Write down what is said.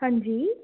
हंजी